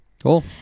Cool